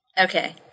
Okay